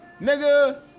Nigga